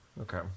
Okay